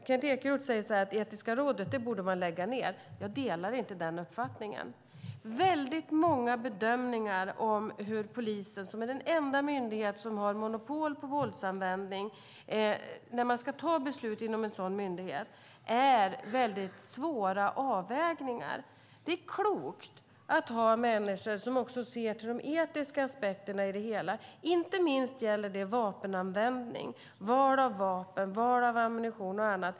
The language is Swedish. Kent Ekeroth säger att man borde lägg ned Etiska rådet. Jag delar inte den uppfattningen. Väldigt många bedömningar som man ska ta inom en sådan myndighet som polisen om hur polisen, som är den enda myndighet som har monopol på våldsanvändning, ska användas är väldigt svåra avvägningar. Det är klokt att ha människor som också ser till de etiska aspekterna i det hela. Det gäller inte minst vapenanvändning, val av vapen, val av ammunition och annat.